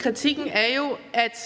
Kritikken går på, at